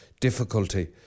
difficulty